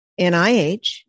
NIH